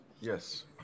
Yes